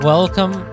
Welcome